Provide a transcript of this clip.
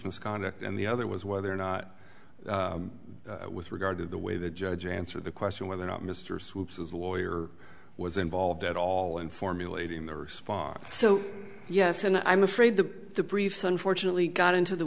misconduct and the other was whether or not with regard to the way the judge answer the question whether or not mr swoopes as a lawyer was involved at all in formulating the response so yes and i'm afraid the briefs unfortunately got into the